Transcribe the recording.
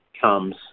comes